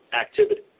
activity